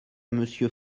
monsieur